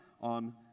on